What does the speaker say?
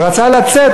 וכשהוא רצה לצאת,